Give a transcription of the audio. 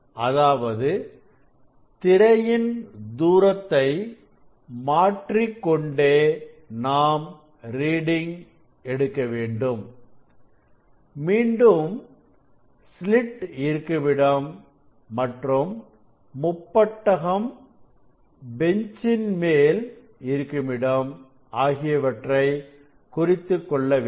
அதாவது திரையின் தூரத்தை மாற்றிக்கொண்டே நாம் ரீடிங் எடுக்கவேண்டும் மீண்டும் ஸ்லிட் இருக்கும் இடம் மற்றும் முப்பட்டகம் பெஞ்சின் மேல் இருக்கும் இடம் ஆகியவற்றை குறித்துக்கொள்ள வேண்டும்